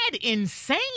insane